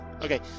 Okay